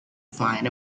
find